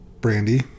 Brandy